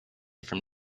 from